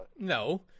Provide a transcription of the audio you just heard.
No